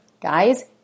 Guys